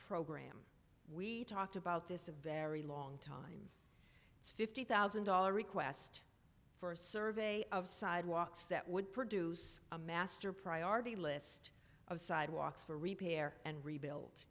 program we talked about this a very long time fifty thousand dollars request for a survey of sidewalks that would produce a master priority list of sidewalks for repair and rebuilt